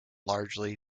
largely